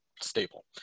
stable